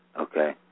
okay